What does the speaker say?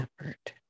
effort